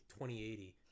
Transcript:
2080